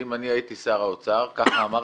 שאם אני הייתי שר האוצר, ככה אמרת,